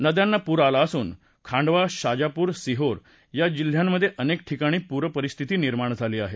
नद्यात्त पूर आला असून खाद्वा शाजापूर सिहोर या जिल्ह्यास्त्री अनेक ठिकाणी पूरपरिस्थिती निर्माण झाली आहे